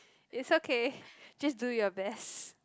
it's okay just do your best